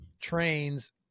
trains